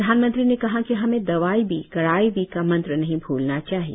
प्रधानमंत्री ने कहा कि हमें दवाई भी कड़ाई भी का मंत्र नहीं भूलना चाहिए